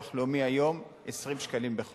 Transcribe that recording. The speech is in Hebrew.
סטודנט משלם דמי ביטוח לאומי היום 20 שקלים בחודש.